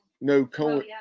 no